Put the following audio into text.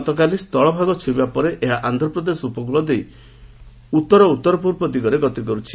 ଗତକାଲି ସ୍ଚଳଭାଗ ଛୁଇଁବା ପରେ ଏହା ଆନ୍ଧ୍ରପ୍ରଦେଶ ଉପକୂଳ ଦେଇ ଉଉର ଉଉର ପୂର୍ବ ଦିଗରେ ଗତି କରୁଛି